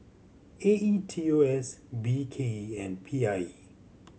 A E T O S B K E and P I E